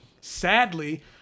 Sadly